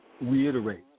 reiterate